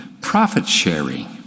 profit-sharing